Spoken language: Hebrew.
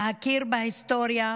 להכיר בהיסטוריה,